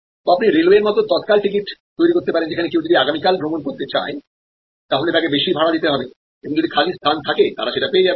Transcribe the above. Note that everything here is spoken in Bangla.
বা আপনি রেলওয়ে এর মত তত্কাল টিকিট তৈরি করতে পারেন যেখানে কেউ যদি আগামীকাল ভ্রমণ করতে চায় তাহলে তাকে বেশি ভাড়া দিতে হবে এবং যদি খালি স্থান থাকে তারা সেটা পেয়ে যাবে